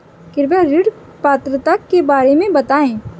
कृपया ऋण पात्रता के बारे में बताएँ?